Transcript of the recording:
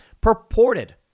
purported